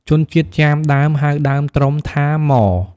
ជនជាតិចាមដើម ហៅដើមត្រុំថា ម៉។